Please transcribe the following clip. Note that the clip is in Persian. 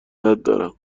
دارم